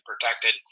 protected